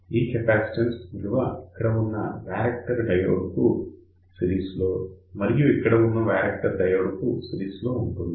ఆ కెపాసిటన్స్ విలువ ఇక్కడ ఉన్న వ్యారెక్టర్ డయోడ్ కు సిరీస్ లో మరియు ఇక్కడ ఉన్న వ్యారెక్టర్ డయోడ్ కు కూడా సిరీస్ లో ఉంటుంది